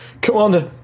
Commander